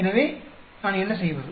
எனவே நான் என்ன செய்வது